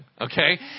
okay